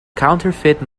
counterfeit